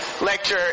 lecture